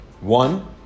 One